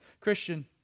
Christian